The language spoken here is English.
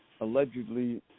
allegedly